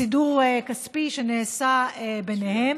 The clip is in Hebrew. בסידור כספי שנעשה ביניהם.